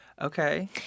Okay